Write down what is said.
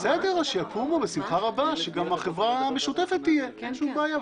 אין בעיה.